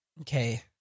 Okay